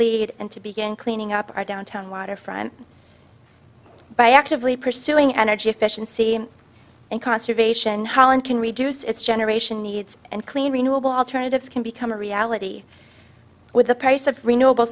lead and to begin cleaning up our downtown waterfront by actively pursuing energy efficiency and conservation holland can reduce its generation needs and clean renewable alternatives can become a reality with the price of renewable